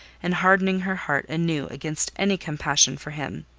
and hardening her heart anew against any compassion for him,